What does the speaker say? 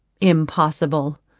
impossible!